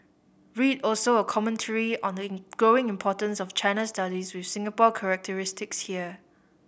read also a commentary on the growing importance of China studies with Singapore characteristics here